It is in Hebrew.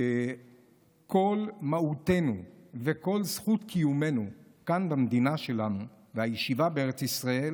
שכל מהותנו וכל זכות קיומנו כאן במדינה שלנו והישיבה בארץ ישראל